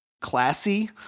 classy